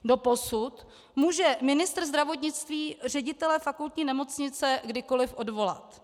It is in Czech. Doposud může ministr zdravotnictví ředitele fakultní nemocnice kdykoliv odvolat.